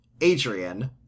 Adrian